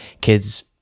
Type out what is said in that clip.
kids